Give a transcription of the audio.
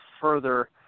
further